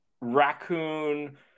raccoon